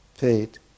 paid